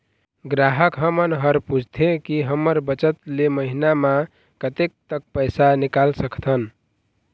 ग्राहक हमन हर पूछथें की हमर बचत ले महीना मा कतेक तक पैसा निकाल सकथन?